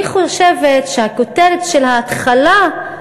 אני חושבת שהכותרת של ההתחלה,